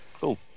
Cool